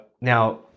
Now